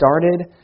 started